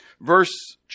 verse